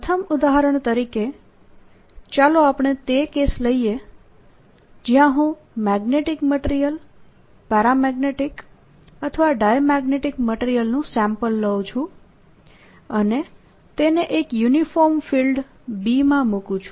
પ્રથમ ઉદાહરણ તરીકે ચાલો આપણે તે કેસ લઈએ જ્યાં હું મેગ્નેટીક મટીરીયલ પેરામેગ્નેટીક અથવા ડાયામેગ્નેટીક મટીરીયલનું સેમ્પલ લઉં છું અને તેને એક યુનિફોર્મ ફિલ્ડ B માં મુકું છું